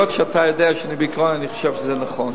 אתה יודע שבעיקרון אני חושב שזה נכון.